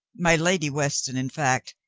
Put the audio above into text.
my lady weston, in fact,